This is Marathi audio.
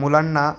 मुलांना